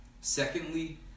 Secondly